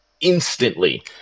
instantly –